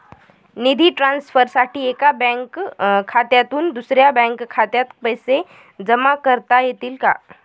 निधी ट्रान्सफरसाठी एका बँक खात्यातून दुसऱ्या बँक खात्यात पैसे जमा करता येतील का?